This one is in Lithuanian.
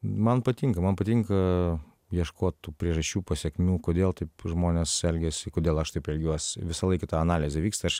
man patinka man patinka ieškot tų priežasčių pasekmių kodėl taip žmonės elgiasi kodėl aš taip elgiuos visą laiką ta analizė vyksta aš